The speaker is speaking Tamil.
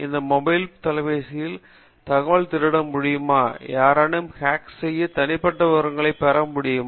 இந்த மொபைல் தொலைபேசியில் தகவல் திருட முடியுமா யாரேனும் ஹேக் செய்து தனிப்பட்ட விவரங்களை பெற முடியுமா